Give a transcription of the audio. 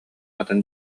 атын